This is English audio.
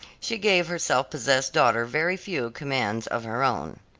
she gave her self-possessed daughter very few commands of her own.